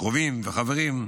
קרובים וחברים.